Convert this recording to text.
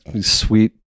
Sweet